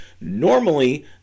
normally